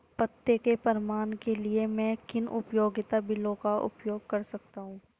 पते के प्रमाण के लिए मैं किन उपयोगिता बिलों का उपयोग कर सकता हूँ?